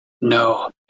No